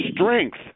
strength